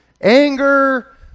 Anger